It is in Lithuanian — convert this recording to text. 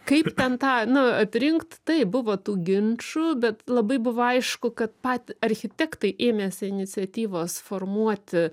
kaip ten tą nu atrinkt taip buvo tų ginčų bet labai buvo aišku kad pat architektai ėmėsi iniciatyvos formuoti